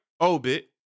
Obit